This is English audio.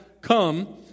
come